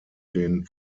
den